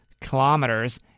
kilometers